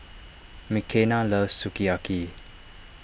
Mckenna loves Sukiyaki